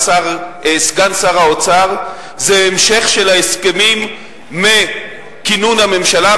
סגן שר האוצר זה המשך של ההסכמים מכינון הממשלה,